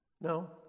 No